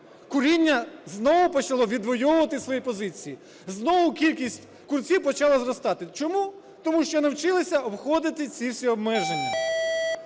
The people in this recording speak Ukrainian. куріння знову почало відвойовувати свої позиції. Знову кількість курців почала зростати. Чому? Тому що навчилися обходити ці всі обмеження.